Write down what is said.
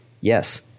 Yes